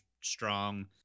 strong